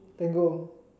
Tango